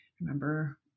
remember